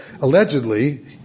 allegedly